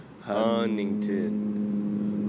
Huntington